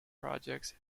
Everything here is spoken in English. projects